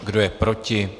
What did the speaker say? Kdo je proti?